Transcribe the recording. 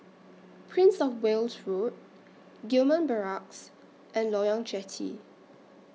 Prince of Wales Road Gillman Barracks and Loyang Jetty